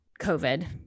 COVID